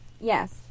Yes